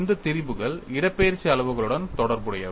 இந்த திரிபுகள் இடப்பெயர்வு அளவுகளுடன் தொடர்புடையவை